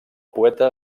poeta